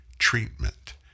treatment